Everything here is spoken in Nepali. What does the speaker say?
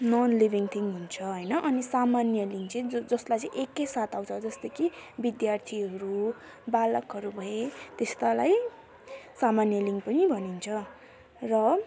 नन् लिभिङ थिङ हुन्छ होइन अनि सामान्यलिङ्ग चाहिँ जो जसलाई चाहिँ एकैसाथ आउँछ जस्तो कि विद्यार्थीहरू बालकहरू भए त्यस्तालाई सामान्यलिङ्ग पनि भनिन्छ र